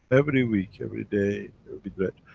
every week, every day it will be read.